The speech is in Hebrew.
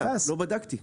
לא בדקתי.